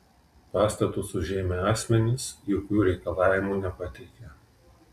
pastatus užėmę asmenys jokių reikalavimų nepateikė